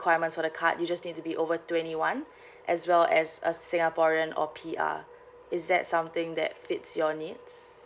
requirements for the card you just need to be over twenty one as well as a singaporean or P_R is that something that fits your needs